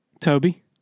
Toby